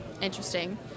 interesting